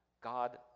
God